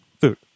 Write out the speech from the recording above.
food